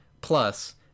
plus